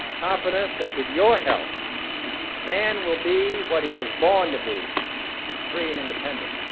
confident that with your help man will be what he was born to be free and independent.